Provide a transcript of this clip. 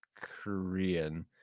Korean